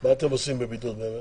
מה אתם עושים בבידוד באמת?